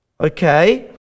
Okay